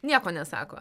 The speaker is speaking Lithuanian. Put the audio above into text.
nieko nesako